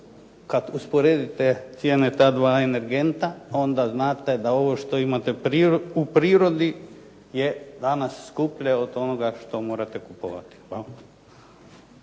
kada usporedite cijene ta dva energenta, onda znate da ovo što imate u prirodi je danas skuplje od onoga što morate kupovati. Hvala.